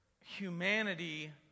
humanity